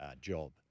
job